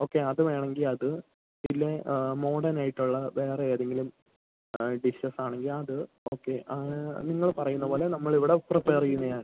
okay അതു വേണമെങ്കിൽ അതുപിന്നെ ആ മോഡേണായിട്ടുള്ള വേറെ ഏതെങ്കിലും ആ ഡിഷസാണെങ്കിൽ അത് ഓക്കെ ആ നിങ്ങൾ പറയുന്ന പോലെ നമ്മളിവിടെ പ്രിപ്പയർ ചെയ്യുന്നതാണ്